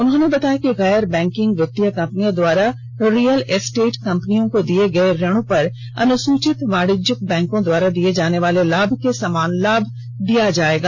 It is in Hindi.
उन्होंने बताया कि गैर बैंकिंग वित्तीय कंपनियों द्वारा रियल स्टेट कंपनियों को दिये गये ऋणों पर अनुसूचित वाणिज्यिक बैंकों द्वारा दिये जाने वाले लाभ के समान लाभ दिया जायेगा